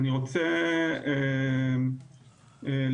אני רוצה להתייחס